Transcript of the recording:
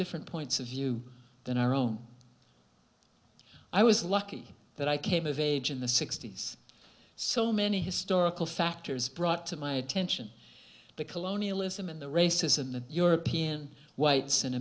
different points of view than our own i was lucky that i came of age in the sixty's so many historical factors brought to my attention the colonialism and the racism the european whites and